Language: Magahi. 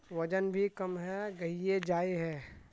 वजन भी कम है गहिये जाय है?